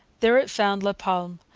there it found la palme,